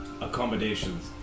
accommodations